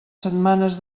setmanes